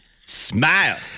Smile